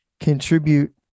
contribute